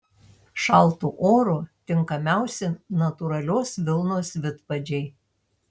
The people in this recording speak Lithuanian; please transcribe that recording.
šaltu oru tinkamiausi natūralios vilnos vidpadžiai